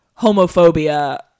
homophobia